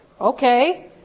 Okay